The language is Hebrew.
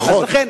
נכון.